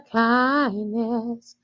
kindness